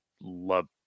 love